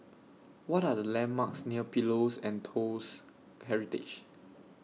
What Are The landmarks near Pillows and Toast Heritage